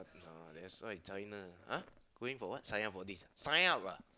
uh that's why China ah !huh! going for what sign up all these sign up ah